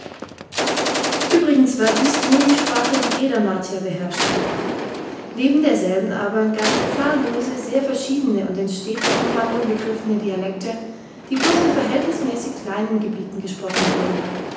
übrigens war dies nur die sprache die jeder martier beherrschte neben derselben aber gab es zahllose sehr verschiedene und in steter umwandlung begriffene dialekte die bloß in verhältnismäßig kleinen gebieten gesprochen wurden